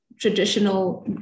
traditional